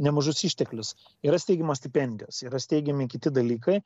nemažus išteklius yra steigiamos stipendijos yra steigiami kiti dalykai